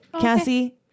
Cassie